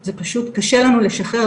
וזה פשוט קשה לנו לשחרר,